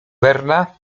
verne’a